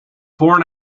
foreign